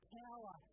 power